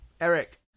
Eric